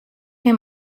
him